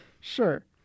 Sure